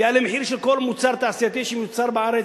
ויעלה המחיר של כל מוצר תעשייתי שמיוצר בארץ,